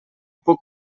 puc